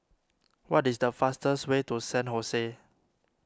what is the fastest way to San Jose